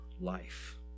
life